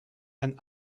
and